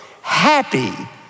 Happy